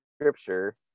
scripture